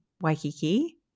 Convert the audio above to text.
Waikiki